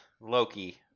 Loki